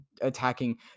attacking